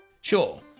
Sure